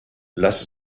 lass